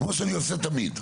כמו שאני עושה תמיד.